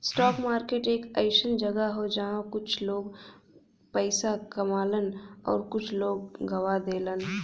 stock market एक अइसन जगह हौ जहां पर कुछ लोग पइसा कमालन आउर कुछ लोग गवा देलन